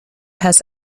has